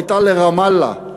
הייתה לרמאללה.